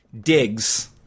digs